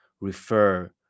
refer